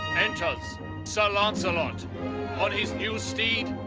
enters sir lancelot on his new steed,